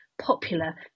popular